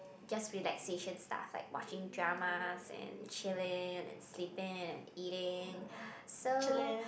just relaxation stuff like watching dramas and chilling and sleeping and eating so